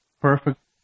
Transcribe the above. perfect